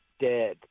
dead